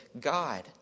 God